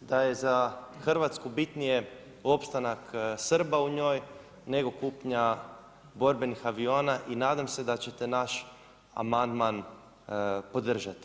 da je za Hrvatsku bitnije opstanak Srba u njoj nego kupnja borbenih aviona i nadam se da ćete naš amandman podržati.